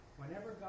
whenever